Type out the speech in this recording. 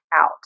out